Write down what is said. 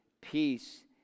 peace